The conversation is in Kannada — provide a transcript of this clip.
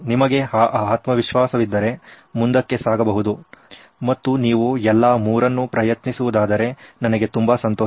ನಿಮಗೆ ಆ ಆತ್ಮವಿಶ್ವಾಸವಿದ್ದರೆ ಮುಂದಕ್ಕೆ ಸಾಗಬಹುದು ಮತ್ತು ನೀವು ಎಲ್ಲಾ ಮೂವರನ್ನು ಪ್ರಯತ್ನಿಸುವುದಾದರೆ ನನಗೆ ತುಂಬಾ ಸಂತೋಷ